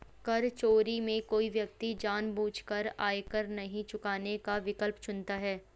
कर चोरी में कोई व्यक्ति जानबूझकर आयकर नहीं चुकाने का विकल्प चुनता है